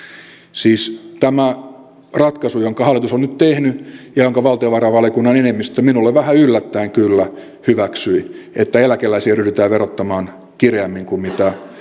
siis tämä ratkaisu jonka hallitus on nyt tehnyt ja jonka valtiovarainvaliokunnan enemmistö minulle vähän yllättäen kyllä hyväksyi että eläkeläisiä ryhdytään verottamaan kireämmin kuin